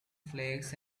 flakes